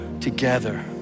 together